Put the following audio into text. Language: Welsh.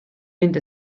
mynd